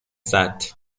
عزت